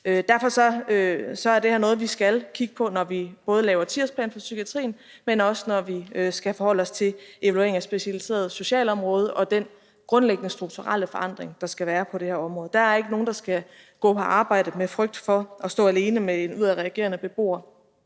Derfor er det her noget, vi skal kigge på, når vi både laver 10-årsplan for psykiatrien, men også når vi skal forholde os til evalueringen af det specialiserede socialområde og den grundlæggende strukturelle forandring, der skal være på det her område. Der er ikke nogen, der skal på arbejde med frygt for at stå alene med en udadreagerende beboer